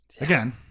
again